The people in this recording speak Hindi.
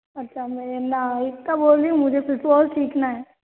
अच्छा मैं बोल रही हूँ मुझे फ़ुटबॉल सीखना है